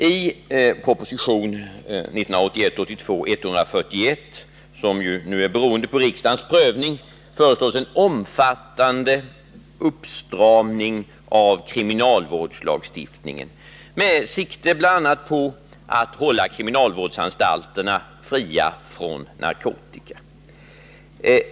I proposition 1981/82:141, som ju nu är beroende på riksdagens prövning, föreslås en omfattande uppstramning av kriminalvårdslagstiftningen med sikte bl.a. på att hålla kriminalvårdsanstalterna fria från narkotika.